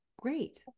great